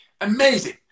amazing